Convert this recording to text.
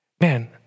Man